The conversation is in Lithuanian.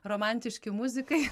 romantiški muzikai